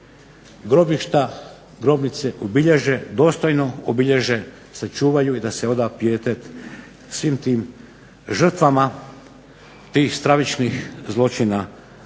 grobišta, grobnice dostojno obilježe, sačuvaju i da se oda pijetet svim tim žrtvama tih stravičnih zločina